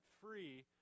free